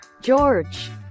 George